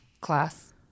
class